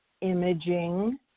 imaging